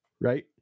right